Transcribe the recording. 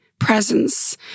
Presence